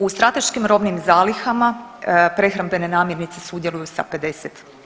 U strateškim robnim zalihama prehrambene namirnice sudjeluju sa 50%